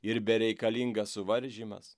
ir bereikalingas suvaržymas